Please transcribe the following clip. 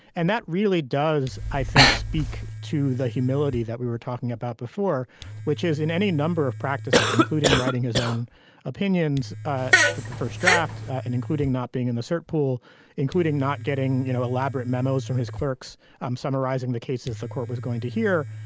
and that really does i think speak to the humility that we were talking about before which is in any number of practices including writing his own opinions ah for the first draft and including not being in the cert pool including not getting you know elaborate memos from his clerks i'm summarizing the cases the court was going to hear.